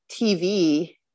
TV